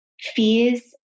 fears